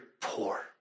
poor